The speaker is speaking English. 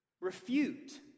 refute